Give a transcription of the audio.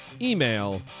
email